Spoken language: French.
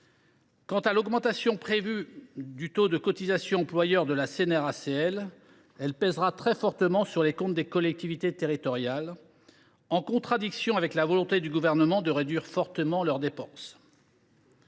Quant à l’augmentation prévue du taux de cotisation employeur de la CNRACL, elle pèsera très lourdement sur les comptes des collectivités territoriales, en contradiction avec la volonté du Gouvernement de réduire fortement les dépenses